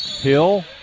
Hill